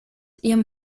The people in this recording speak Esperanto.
iom